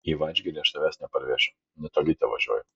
į vadžgirį aš tavęs neparvešiu netoli tevažiuoju